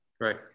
right